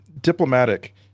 diplomatic